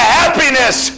happiness